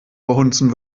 verhunzen